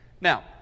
Now